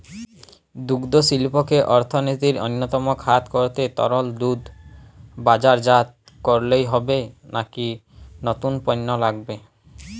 দুগ্ধশিল্পকে অর্থনীতির অন্যতম খাত করতে তরল দুধ বাজারজাত করলেই হবে নাকি নতুন পণ্য লাগবে?